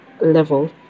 level